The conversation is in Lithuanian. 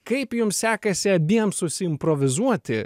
kaip jum sekasi abiem susiimprovizuoti